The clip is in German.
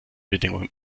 bedingungen